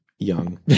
young